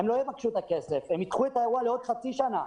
הן תדחנה את האירוע לעוד חצי שנה.